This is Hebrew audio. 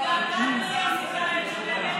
התגעגענו, יוסי.